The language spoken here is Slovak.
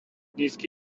nízky